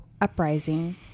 uprising